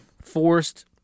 Forced